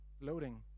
loading